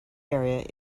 area